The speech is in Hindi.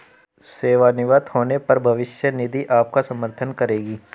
सेवानिवृत्त होने पर भविष्य निधि आपका समर्थन करेगी